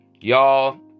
Y'all